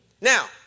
Now